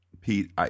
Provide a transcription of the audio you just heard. Pete